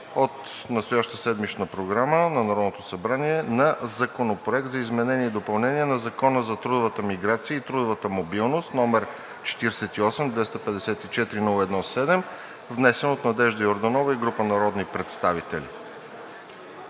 от настоящата седмична Програма на Народното събрание на Законопроект за изменение и допълнение на Закона за трудовата миграция и трудовата мобилност, № 48-254-01-7. Внесен е от Надежда Йорданова и група народни представители.